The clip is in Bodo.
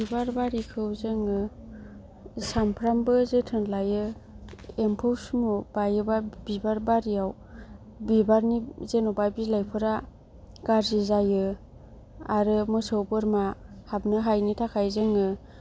बिबार बारिखौ जोङो सामफ्रोमबो जोथोन लायो एमफौ सुम' बायोबा बिबार बारियाव बिबारनि जेन'बा बिलाइफोरा गाज्रि जायो आरो मोसौ बोरमा हाबनो हायैनि थाखाय जोङो